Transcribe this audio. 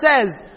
says